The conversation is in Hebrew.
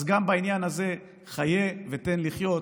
אז גם בעניין הזה: חיה ותן לחיות,